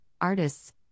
artists